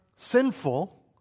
sinful